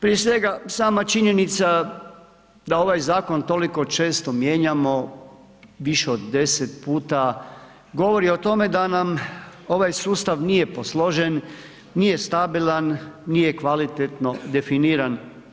Prije svega, sama činjenica da ovaj zakon toliko često mijenjamo, više od 10 puta, govori o tome da nam ovaj sustav nije posložen, nije stabilan, nije kvalitetno definiran.